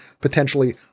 potentially